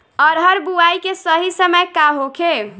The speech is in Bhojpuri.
अरहर बुआई के सही समय का होखे?